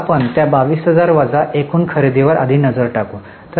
तर मग आपण त्या 22000 वजा करण्याच्या एकूण खरेदीवर आधी नजर टाकू